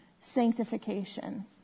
sanctification